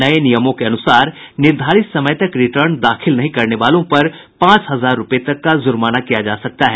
नये नियमों के अनुसार निर्धारित समय तक रिटर्न नहीं दाखिल करने वालों पर पांच हजार रूपये तक का जुर्माना किया जा सकता है